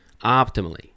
optimally